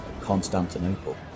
Constantinople